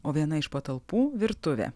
o viena iš patalpų virtuvė